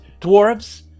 dwarves